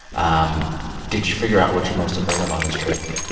um did you figure out what you're most afraid of on this trip?